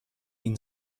این